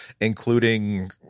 including